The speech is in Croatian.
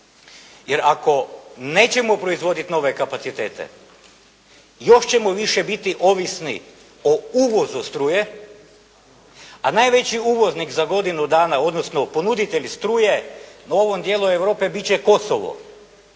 Jer ako nećemo proizvoditi nove kapacitete, još ćemo više biti ovisni o uvozu struje, a najveći uvoznik za godinu dana odnosno ponuditelj struje u ovom dijelu Europe bit će Kosovo